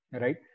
right